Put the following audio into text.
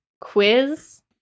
quiz